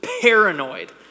paranoid